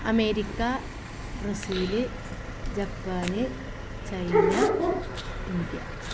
America Brazil Japan China India